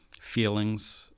feelings